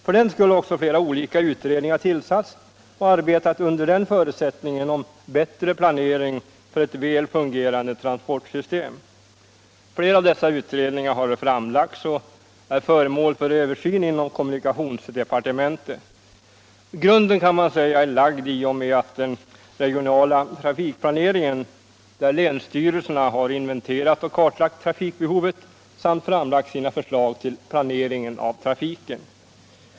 För den skull har flera olika utredningar tillsatts och arbetat under förutsättningen att åstadkomma bättre planering för Traftikpolitiken Trafikpolitiken ett väl fungerande transportsystem. Flera av dessa utredningar har fram ” lagt sina förslag som nu är föremål för översyn inom kommunikationsdepartementet. Grunden kan man säga är lagd i och med den regionala trafikplaneringen, där länsstyrelserna inventerat och kartlagt trafikbehovet samt framlagt sina förslag till planering av trafiken.